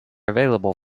available